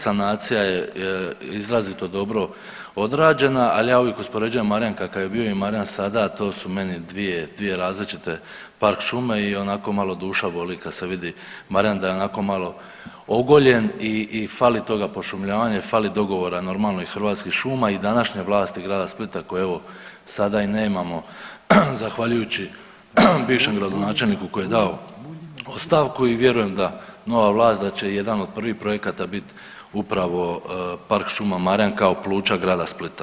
Sanacija je izrazito dobro odrađena, ali ja uvijek uspoređujem Marjan kakav je bio i Marjan sada to su meni dvije, dvije različite park šume i onako malo duša boli kad se vidi Marjan da je onako malo ogoljen i fali toga pošumljavanja i fali dogovora normalno i Hrvatskih šuma i današnje vlasti grada Splita koje evo sada i nemamo zahvaljujući bivšem gradonačelniku koji je dao ostavku i vjerujem da nova vlast, da će jedan od prvih projekata biti upravo Park šuma Marjan kao pluća grada Splita.